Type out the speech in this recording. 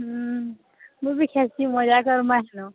ହଁ ମୁଇଁ ବି ଖେଲ୍ସି ମଜା କର୍ମା